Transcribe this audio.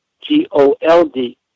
G-O-L-D